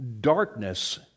darkness